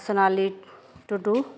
ᱥᱳᱱᱟᱞᱤ ᱴᱩᱰᱩ